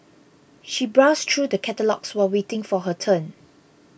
she browsed through the catalogues while waiting for her turn